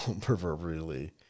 proverbially